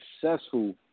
successful